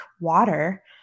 water